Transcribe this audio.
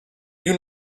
you